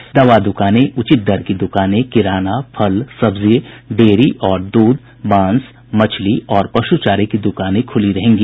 लेकिन दवा दुकानें उचित दर की दुकानें किराना फल सब्जी डेयरी और दूध मांस मछली और पशु चारे की दुकानें खुली रहेंगी